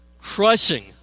crushing